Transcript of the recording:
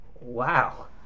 Wow